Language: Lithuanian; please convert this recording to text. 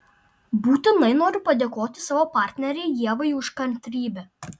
būtinai noriu padėkoti savo partnerei ievai už kantrybę